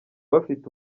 bafite